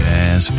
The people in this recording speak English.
Jazz